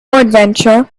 adventure